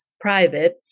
private